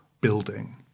building